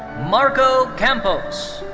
marco campos.